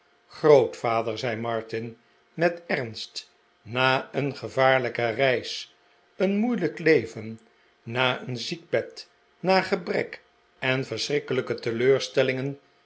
grootvader zei martin met ernst na een gevaarlijke reis een moeilijk leven na een ziekbed na gebrek en verschrikkelijke teleurstellingen